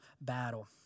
battle